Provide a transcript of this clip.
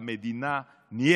המדינה: "ניֶט"